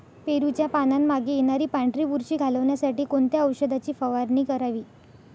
पेरूच्या पानांमागे येणारी पांढरी बुरशी घालवण्यासाठी कोणत्या औषधाची फवारणी करावी?